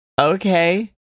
okay